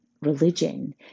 religion